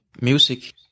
music